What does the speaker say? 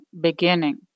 beginning